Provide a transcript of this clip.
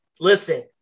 listen